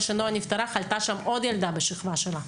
שנועה נפטרה חלתה שם עוד ילדה בשכבה שלה,